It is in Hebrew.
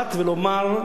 לבית-המשפט ולומר: